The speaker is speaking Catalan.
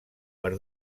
per